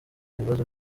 ibibazo